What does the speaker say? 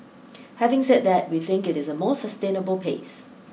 having said that we think it is a more sustainable pace